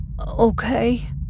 Okay